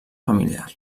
familiar